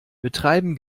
betreiben